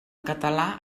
català